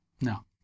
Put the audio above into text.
No